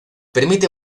permite